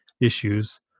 issues